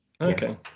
okay